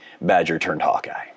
Badger-turned-Hawkeye